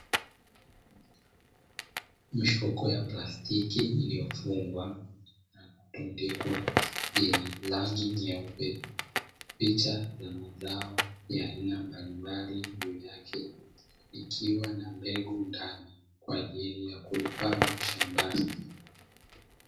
Mifuko ya plastiki iliyofungwa na kutundikwa yenye rangi nyeupe, picha za mazao ya aina mbalimbali juu yake ikiwa na mbegu ndani kwa ajili ya kupandwa shambani.